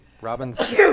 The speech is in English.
Robin's